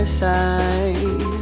side